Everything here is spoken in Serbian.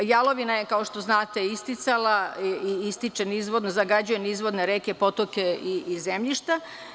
Jalovina je, kao što znate, isticala i ističe nizvodno, zagađuje nizvodne reke, potoke i zemljišta.